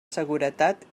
seguretat